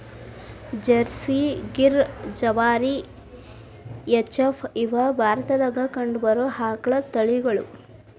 Jersey, Gir, Jawari, H F, ಇವ ಭಾರತದಾಗ ಕಂಡಬರು ಆಕಳದ ತಳಿಗಳು